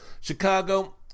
Chicago